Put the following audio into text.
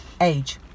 Age